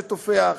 שתופח.